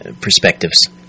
perspectives